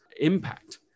impact